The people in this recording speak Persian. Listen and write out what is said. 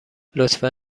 لطفا